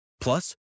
Plus